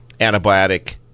antibiotic